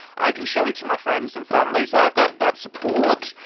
i can show it to my friends and family, so i've got that support.